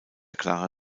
clara